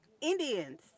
Indians